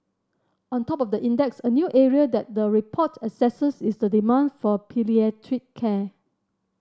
on top of the index a new area that the report assesses is the demand for palliative care